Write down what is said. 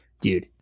dude